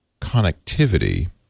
connectivity